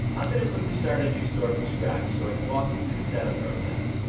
i'm going to quickly start a new store from scratch, so i can walk you through the set up process.